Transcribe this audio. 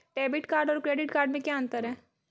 Debit card और credit card में क्या अंतर है?